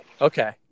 Okay